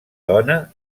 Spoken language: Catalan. dona